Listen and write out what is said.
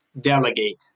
Delegate